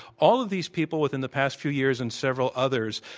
all of these people within the past few years, and several others,